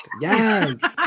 Yes